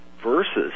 versus